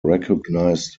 recognized